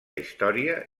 història